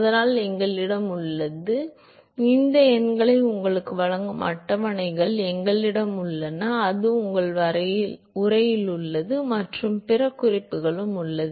அதனால் எங்களிடம் உள்ளது இந்த எண்களை உங்களுக்கு வழங்கும் அட்டவணைகள் எங்களிடம் உள்ளன அது உங்கள் உரையில் உள்ளது மற்றும் பிற குறிப்புகளிலும் உள்ளது